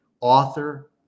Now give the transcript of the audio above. author